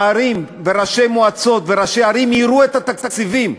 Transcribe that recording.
ראשי מועצות וראשי ערים יראו את התקציבים.